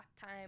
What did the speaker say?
time